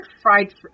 fried